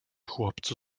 chłopcu